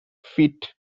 feet